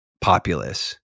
populace